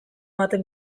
baten